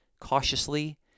cautiously